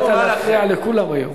החלטת להפריע לכולם היום.